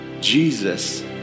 Jesus